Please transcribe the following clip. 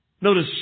Notice